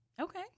Okay